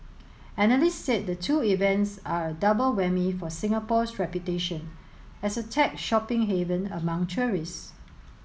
analysts said the two events are a double whammy for Singapore's reputation as a tech shopping haven among tourists